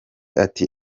ati